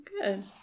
good